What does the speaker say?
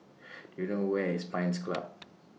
Do YOU know Where IS Pines Club